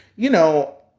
you know,